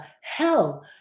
hell